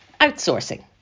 outsourcing